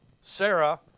Sarah